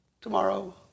tomorrow